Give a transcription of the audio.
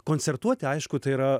koncertuoti aišku tai yra